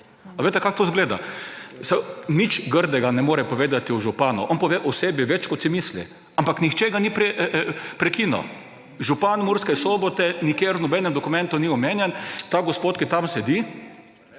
A veste, kako to izgleda? Nič grdega ne more povedati o županu, on pove o sebi več, kot si misli, ampak nihče ga ni prej prekinil. Župan Morske Sobote nikjer v nobenem dokumentu ni omenjen, ta gospod, ki tam sedi,